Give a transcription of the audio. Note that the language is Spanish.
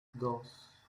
dos